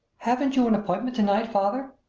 haven't you an appointment to-night, father?